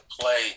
play